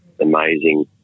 amazing